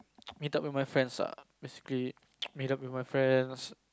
meet up with my friends ah basically meet up with my friends